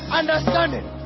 understanding